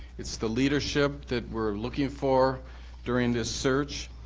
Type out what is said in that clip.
it's the leadership that we're looking for during this search.